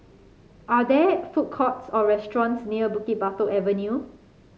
are there food courts or restaurants near Bukit Batok Avenue